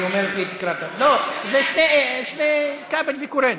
היא אומרת שהיא תקרא, לא, זה שניים, כבל וקורן.